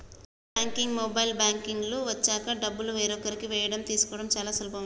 net banking, mobile banking లు వచ్చాక డబ్బులు వేరొకరికి వేయడం తీయడం చాలా సులభమైనది